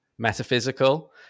metaphysical